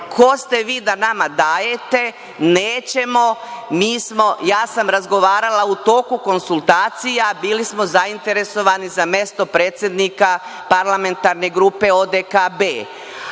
ko ste vi da nama dajete, nećemo. Ja sam razgovarala u toku konsultacija, bili smo zainteresovani za mesto predsednika parlamentarne grupe ODKB,